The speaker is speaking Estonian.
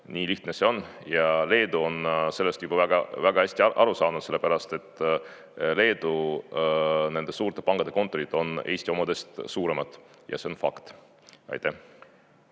Nii lihtne see on. Leedu on sellest juba väga-väga hästi aru saanud, sellepärast et Leedu nende suurte pankade kontorid on Eesti omadest suuremad. Ja see on fakt. Aitäh!